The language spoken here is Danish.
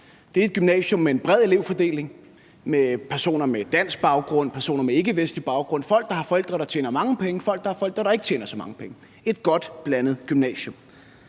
Det er et gymnasium med en bred elevfordeling af personer med dansk baggrund, af personer med ikkevestlig baggrund, af folk, der har forældre, der tjener mange penge, og af folk, der har forældre, der ikke tjener så mange penge. Det er et godt blandet gymnasium.